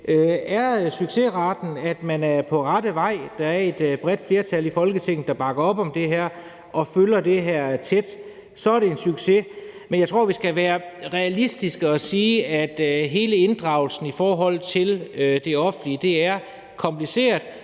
Er succesraten, at man er på rette vej, og at der er et bredt flertal i Folketinget, der bakker op om det her og følger det tæt, så er det en succes. Men jeg tror, vi skal være realistiske og sige, at hele inddragelsen i forhold til det offentlige er kompliceret.